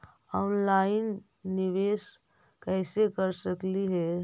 Online निबेस कैसे कर सकली हे?